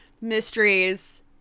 mysteries